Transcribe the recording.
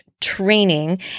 training